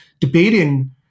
debating